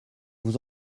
vous